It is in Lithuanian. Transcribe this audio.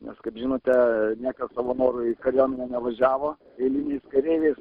nes kaip žinote niekas savo noru į kariuomenę nevažiavo eiliniais kareiviais